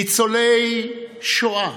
ניצולי שואה,